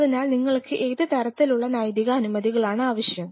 അതിനാൽ നിങ്ങൾക്ക് ഏത് തരത്തിലുള്ള നൈതിക അനുമതികളാണ് ആവശ്യം